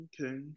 okay